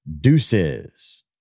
deuces